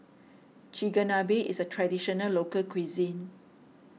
Chigenabe is a Traditional Local Cuisine